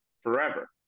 forever